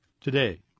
today